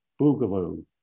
Boogaloo